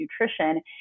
nutrition